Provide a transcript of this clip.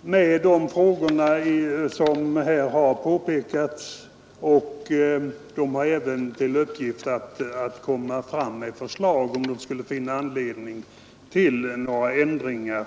med de frågor som här har berörts, och den har även till uppgift att lägga fram förslag om den skulle finna anledning till några ändringar.